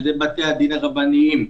בתי-הדין הרבניים,